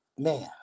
Man